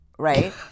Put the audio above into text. Right